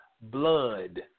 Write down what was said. blood